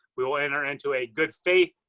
we will enter into a good faith